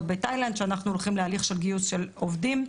בתאילנד שאנחנו הולכים להליך של גיוס של עובדים,